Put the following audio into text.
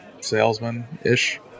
salesman-ish